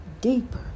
deeper